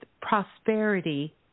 prosperity